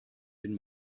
den